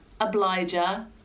obliger